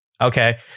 Okay